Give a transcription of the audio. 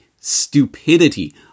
stupidity